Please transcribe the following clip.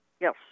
Yes